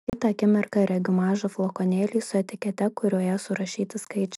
kitą akimirką regiu mažą flakonėlį su etikete kurioje surašyti skaičiai